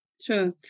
sure